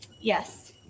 Yes